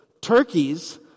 turkeys